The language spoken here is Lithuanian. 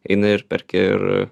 eini ir perki ir